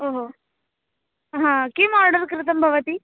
ओ हो हा किम् आडर् कृतं भवती